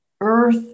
earth